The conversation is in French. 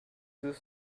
deux